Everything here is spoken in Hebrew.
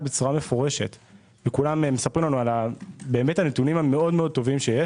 מפורשות וכולנו מספרים לנו על הנתונים הטובים שיש.